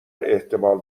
احتمال